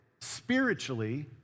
spiritually